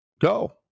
Go